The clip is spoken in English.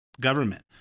government